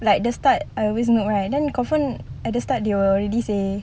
like at the start I always noob right then confirm at the start they will already say